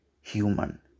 human